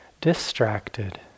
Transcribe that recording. distracted